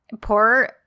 poor